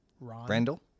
Randall